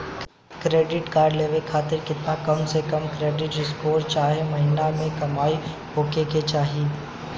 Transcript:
Credit card लेवे खातिर केतना कम से कम क्रेडिट स्कोर चाहे महीना के कमाई होए के चाही?